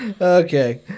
Okay